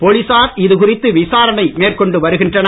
போலீசார் இதுகுறித்து விசாரணை மேற்கொண்டு வருகின்றனர்